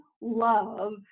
love